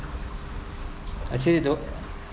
actually those